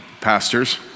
pastors